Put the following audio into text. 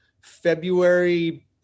February